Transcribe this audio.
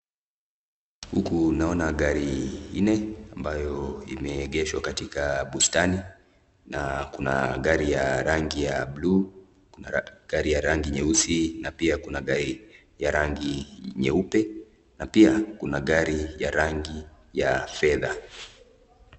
Huku naona gari nne ambayo imeegeshwa katika bustani na kuna gari ya rangi ya buluu na kuna gari nyeusi na pia kuna gari ya rangi ya nyeupe na pia kuna gari ya rangi ya fedha.